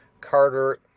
Carter